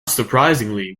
surprisingly